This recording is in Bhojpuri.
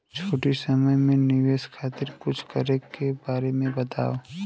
छोटी समय के निवेश खातिर कुछ करे के बारे मे बताव?